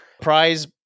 Prize